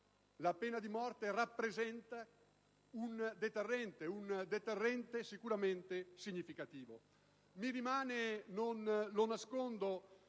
la pena di morte rappresenta un deterrente sicuramente significativo.